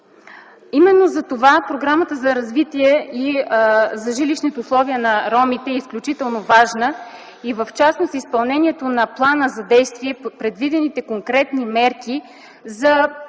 Именно затова Програмата за подобряване на жилищните условия на ромите е изключително важна и в частност изпълнението на Плана за действие, предвидените конкретни мерки, да речем,